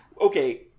okay